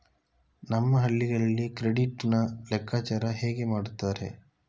ನಮ್ಮ ಹಳ್ಳಿಗಳಲ್ಲಿ ಕ್ರೆಡಿಟ್ ನ ಲೆಕ್ಕಾಚಾರ ಹೇಗೆ ಮಾಡುತ್ತಾರೆ?